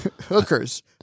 Hookers